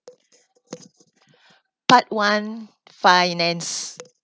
part one finance